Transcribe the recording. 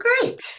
great